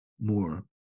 more